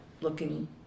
looking